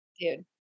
Dude